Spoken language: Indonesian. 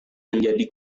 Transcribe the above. menjadi